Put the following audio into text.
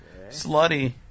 Slutty